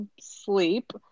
sleep